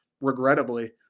regrettably